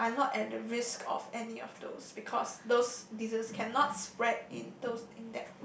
you are not at the risk of any of those because those diseases cannot spread in those